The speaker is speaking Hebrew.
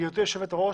גברתי יושבת הראש,